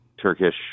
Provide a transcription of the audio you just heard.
Turkish